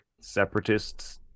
separatists